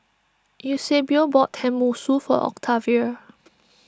Eusebio bought Tenmusu for Octavia